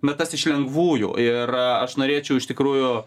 na tas iš lengvųjų ir aš norėčiau iš tikrųjų